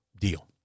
deal